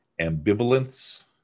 ambivalence